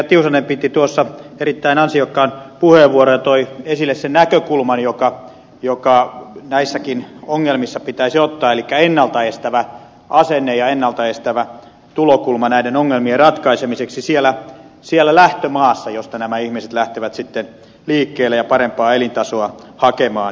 tiusanen piti erittäin ansiokkaan puheenvuoron ja toi esille sen näkökulman joka näissäkin ongelmissa pitäisi ottaa elikkä ennalta estävän asenteen ja ennalta estävän tulokulman näiden ongelmien ratkaisemiseksi siellä lähtömaassa josta nämä ihmiset lähtevät liikkeelle ja parempaa elintasoa hakemaan